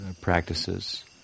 practices